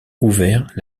ouvert